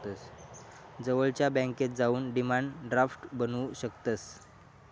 जवळच्या बॅन्केत जाऊन डिमांड ड्राफ्ट बनवू शकतंस